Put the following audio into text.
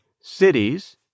cities